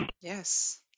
Yes